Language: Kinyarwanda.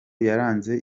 yaranze